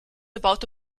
about